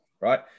right